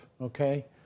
okay